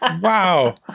Wow